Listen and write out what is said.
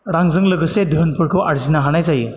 रांजों लोगोसे दोहोनफोरखौ आरजिनो हानाय जायो